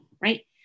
right